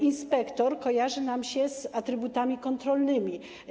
Inspektor kojarzy nam się z atrybutami kontrolnymi.